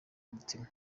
mutima